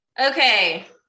Okay